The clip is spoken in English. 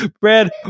Brad